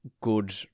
good